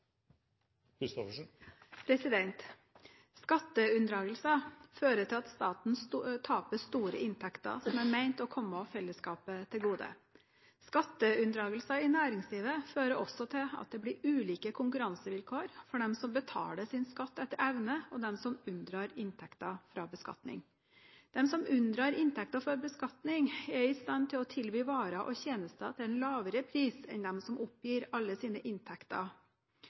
vedtatt. Skatteunndragelser fører til at staten taper store inntekter som er ment å komme fellesskapet til gode. Skatteunndragelser i næringslivet fører også til at det blir ulike konkurransevilkår for dem som betaler sin skatt etter evne, og dem som unndrar inntekter fra beskatning. De som unndrar inntekter fra beskatning, er i stand til å tilby varer og tjenester til en lavere pris enn dem som oppgir alle sine inntekter.